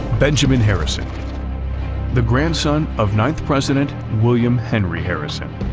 benjamin harrison the grandson of ninth president william henry harrison.